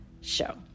show